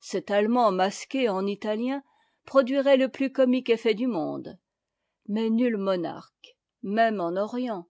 cet allemand masqué en italien produirait le plus comique effet du monde mais nul monarque même en orient